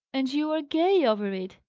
and you are gay over it!